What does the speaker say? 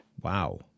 Wow